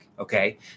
Okay